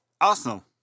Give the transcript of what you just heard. Arsenal